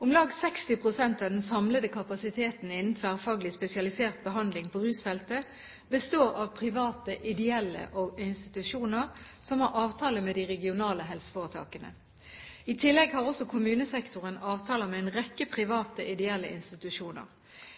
Om lag 60 pst. av den samlede kapasiteten innen tverrfaglig spesialisert behandling på rusfeltet består av private ideelle institusjoner som har avtale med de regionale helseforetakene. I tillegg har også kommunesektoren avtaler med en rekke private ideelle institusjoner.